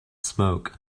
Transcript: smoke